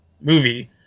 movie